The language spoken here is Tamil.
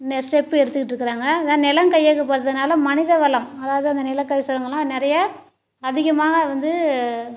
இந்த ஸ்டெப்பு எடுத்துக்கிட்டு இருக்குறாங்க இந்த நிலம் கையகப்படுத்துறதுனால மனித வளம் அதாவது அந்த நிலக்கரி சுரங்கம்லாம் நிறைய அதிகமாக வந்து